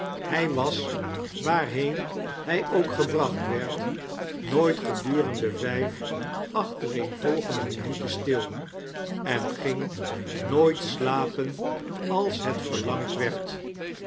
hq was waarheen hij ook gebracht werd nooit gedurende vijf achtereenvolgende minuten stil en ging nooit slapen als het verlangd werd